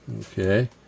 Okay